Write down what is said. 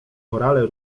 korale